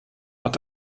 hat